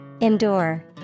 Endure